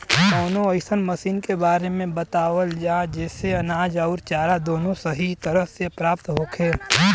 कवनो अइसन मशीन के बारे में बतावल जा जेसे अनाज अउर चारा दोनों सही तरह से प्राप्त होखे?